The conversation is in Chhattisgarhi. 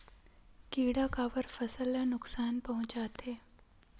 किड़ा काबर फसल ल नुकसान पहुचाथे?